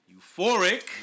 Euphoric